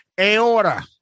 Aorta